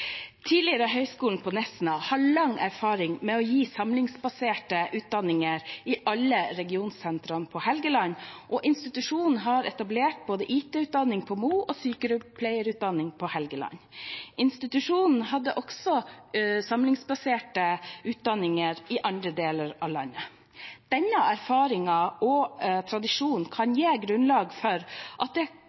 Tidligere Høgskolen i Nesna har lang erfaring med å gi samlingsbaserte utdanninger i alle regionsentrene på Helgeland, og institusjonen har etablert både IT-utdanning på Mo og sykepleierutdanning på Helgeland. Institusjonen hadde også samlingsbaserte utdanninger i andre deler av landet. Denne erfaringen og tradisjonen kan gi grunnlag for at det